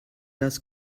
das